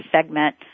segment